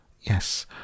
Yes